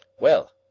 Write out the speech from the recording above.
well,